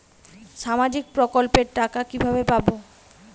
সামাজিক প্রকল্পের টাকা কিভাবে পাব?